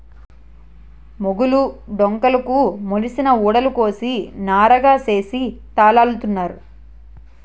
మొగులు డొంకలుకు మొలిసిన ఊడలు కోసి నారగా సేసి తాళల్లుతారు